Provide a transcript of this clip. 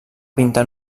pintar